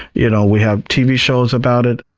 you know we have tv shows about it,